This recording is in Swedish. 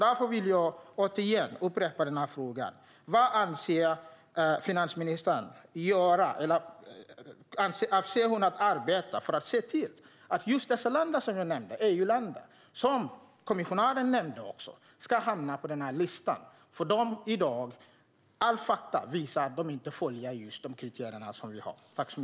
Därför vill jag återigen upprepa frågan: Avser finansministern att arbeta för att se till att de EU-länder jag och kommissionären nämnt hamnar på den här listan? I dag visar alla fakta att de länderna inte följer de kriterier som vi har.